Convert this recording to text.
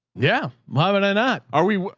yeah. why would i not? are we,